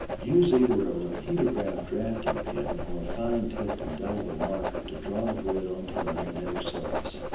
use either a repeated graft drafting pin or a fine tipped indelible marker to draw the grid on to the magnetic surface.